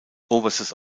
oberstes